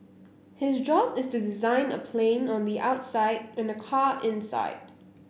his job is to design a plane on the outside and a car inside